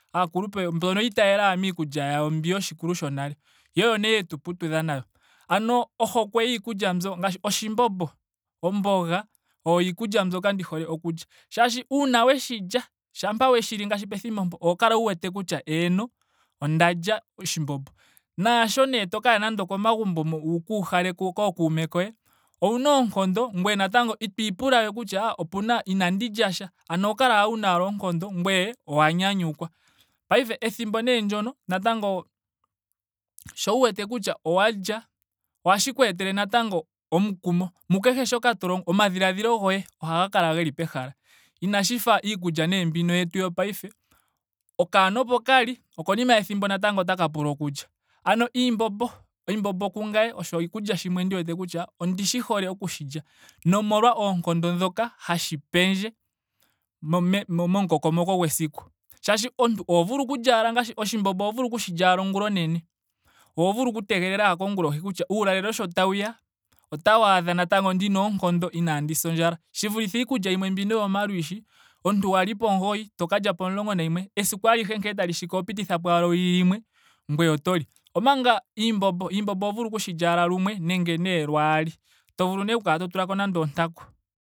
Aakulupe oya itayela ashike miikulya yawo mbyi yoshikulu shonale. Yo oyo nee yetu putudha nayo. Ano ohokwe yiikulya mbyo. ngaashi oshimbombo. omboga. oyo iikulya mbyoka ndi hole oku lya. Shaashi uuna weshi lya. shampa weshi li ngaasgi pethimbo mpo. oho kala wu wete kutya eeno onda lya oshimbombo. Naasho nee nando osho to kaya komagumbo wuka uhale kookume koye owuna oonkondo ngweye natango ito ipula we kutya opuna. inandi lya sha. Ano oho kala ashike wuna oonkondo ngweye owa nyanyukwa. Paife ethimbo nee ndyono natango sho wu wete kutya owa lya. ohashi ku etele natango omukumo mukehe shoka to longo. Omadhiladhilo goye ohaga kala geli pehala. Inashi fa nee iikulya mbino yetu yopaife. okaana opo kali. okonima yethimbo natango otaka pula okulya. Ano iimbombo. oshimbombo kungame osho oshikulya shimwe ndi wete kutya ondishi hole okushi lya. Nomolwa oonkondo dhoka hashi pendje me- momukokomoko gwesiku. Ngaashi omuntu oho vulu asike okulya ngaashi oshimbombo oho vulu ashike okulya ongula onene. oho vulu ashike oku tegelela kongulohi kutya uulalelo sho tawuya otawu adha natango ndina oonkondo inaandi sa ondjala. Shi vulithe iikulya yimwe mbino yomalwiishi. omuntu wali pomugoyi. to ka lya pomulongo nayimwe. esiku alihe nkene tali shiko oho pitithapo ashike owili yimwe ngoye oto li. Omanga iimbombo. iimbombo oho vulu ashike okushi lya nenge nee lwaali. to vulu okutulako nando ontaku